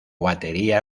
batería